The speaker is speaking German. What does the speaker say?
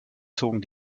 zogen